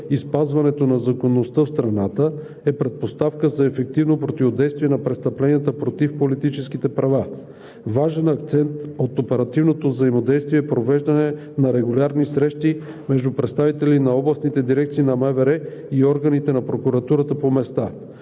спазването на законността в страната, е предпоставка за ефективно противодействие на престъпленията против политическите права. Важен акцент от оперативното взаимодействие е провеждане на регулярни срещи между представители на областните дирекции на МВР и органите на прокуратурата по места.